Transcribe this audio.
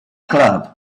club